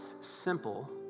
simple